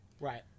Right